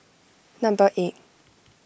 number eight